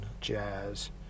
jazz